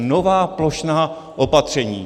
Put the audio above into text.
Nová plošná opatření.